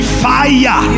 fire